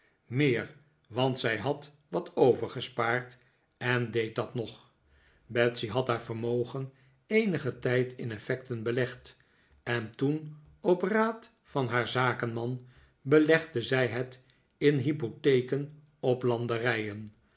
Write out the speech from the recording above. meer want zij had wat overgespaard en deed dat nog betsey had haar vermogen eenigen tijd in effecten belegd en toen op raad van haar zakenman belegde zij het in hypotheken op landerijen